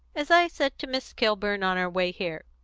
as i said to miss kilburn on our way here,